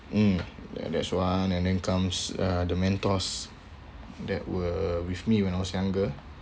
mm that's one and then comes uh the mentors that were with me when I was younger